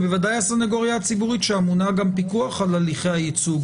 ודאי הסנגוריה הציבורית שאמונה פיקוח על הליכי הייצוג